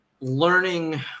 learning